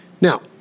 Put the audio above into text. Now